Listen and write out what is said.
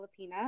Filipina